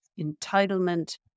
entitlement